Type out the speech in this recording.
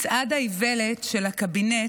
מצעד האיוולת של הקבינט,